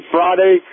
Friday